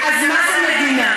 אז מה זה מדינה?